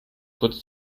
kurz